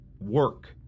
work